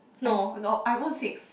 I've I have iPhone six